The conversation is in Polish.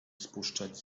spuszczać